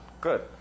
Good